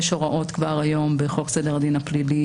יש הוראות כבר היום בחוק סדר הדין הפלילי